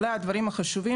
אלה הם הדברים החשובים.